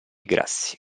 grassi